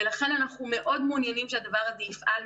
ולכן אנחנו מאוד מעוניינים שהדבר הזה יפעל,